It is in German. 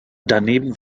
daneben